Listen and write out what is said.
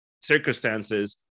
circumstances